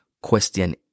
question